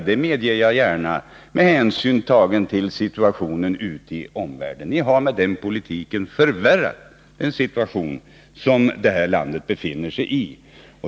Jag medger gärna att frågorna är svåra med hänsyn till situationen i omvärlden, men ni har med er politik förvärrat situationen för det här landet.